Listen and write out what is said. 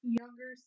younger